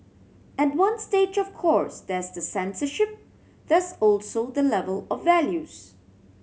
at one stage of course there's the censorship there's also the level of values